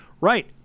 Right